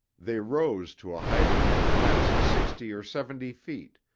they rose to a height of perhaps sixty or seventy feet,